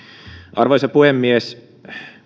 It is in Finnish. arvoisa puhemies